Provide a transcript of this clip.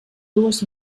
dues